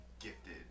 Gifted